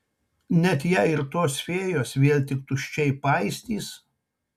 net jei ir tos fėjos vėl tik tuščiai paistys